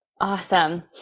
Awesome